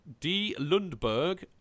DLundberg